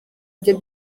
byo